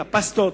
את הפסטות,